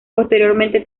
posteriormente